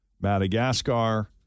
Madagascar